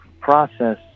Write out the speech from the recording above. process